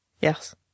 Yes